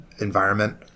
environment